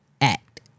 Act